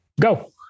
Go